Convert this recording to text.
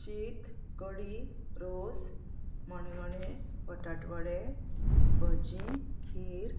शीत कडी रोस मणगणें बटाटवडे भजी खीर